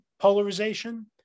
Polarization